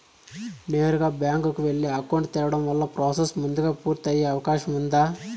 నేరుగా బ్యాంకు కు వెళ్లి అకౌంట్ తెరవడం వల్ల ప్రాసెస్ ముందుగా పూర్తి అయ్యే అవకాశం ఉందా?